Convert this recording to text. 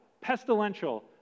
pestilential